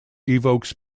evokes